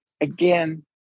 Again